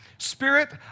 Spirit